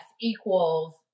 equals